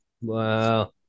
Wow